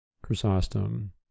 Chrysostom